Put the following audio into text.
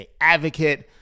advocate